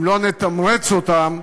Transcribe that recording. אם לא נתמרץ אותם,